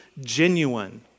genuine